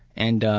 and